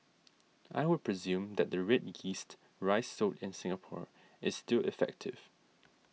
I would presume that the red yeast rice sold in Singapore is still effective